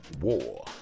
war